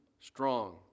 strong